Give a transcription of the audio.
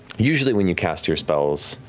usually when you cast your spells,